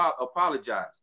apologize